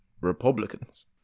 Republicans